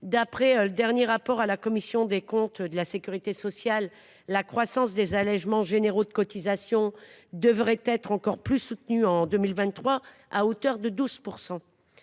D’après le dernier rapport de la Commission des comptes de la sécurité sociale (CCSS), la croissance des allégements généraux de cotisations a été encore plus soutenue en 2023, à hauteur de 12 %.